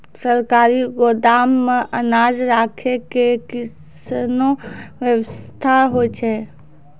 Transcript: सरकारी गोदाम मे अनाज राखै के कैसनौ वयवस्था होय छै?